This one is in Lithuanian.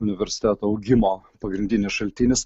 universiteto augimo pagrindinis šaltinis